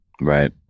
right